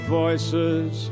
voices